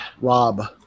Rob